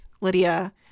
lydia